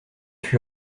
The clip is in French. fut